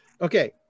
okay